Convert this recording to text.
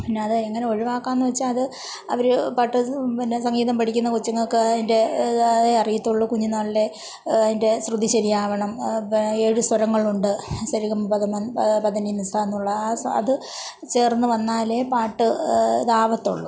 പിന്നെ അത് എങ്ങനെ ഒഴിവാക്കാമെന്നുവെച്ചാൽ അത് അവർ പാട്ട് പിന്നെ സംഗീതം പഠിക്കുന്ന കൊച്ചുങ്ങൾക്കൊക്കെ അതിൻ്റെ ഇത് അറിയത്തുള്ളൂ കുഞ്ഞുനാളിലെ അതിൻ്റെ ശ്രുതി ശരിയാകണം പി ഏഴു സ്വരങ്ങളുണ്ട് സരിഗമപതമ പതനിനിസയെന്നുള്ള ആസ അത് ചേർന്ന് വന്നാലേ പാട്ട് ഇതാകത്തുള്ളൂ